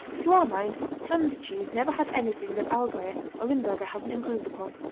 to our mind, hand cheese never had anything that allgauer or limburger hasn't improved upon.